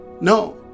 no